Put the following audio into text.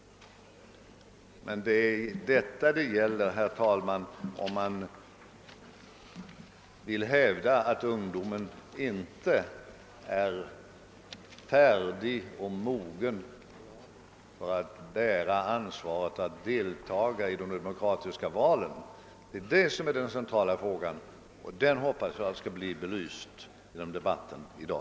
Den centrala frågan här är, om man vill hävda att ungdomen inte är färdig och mogen att bära ansvaret att delta i de demokratiska valen. Den frågan hoppas jag skall bli belyst genom debatten i dag.